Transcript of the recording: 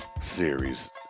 series